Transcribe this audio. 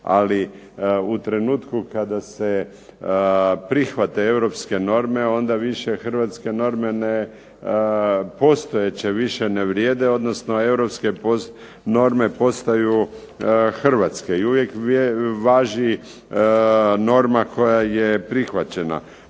Ali u trenutku kada se prihvate europske norme onda više hrvatske norme postojeće više ne vrijede, odnosno europske norme postaju hrvatske i uvijek važi norma koja je prihvaćena.